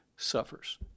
suffers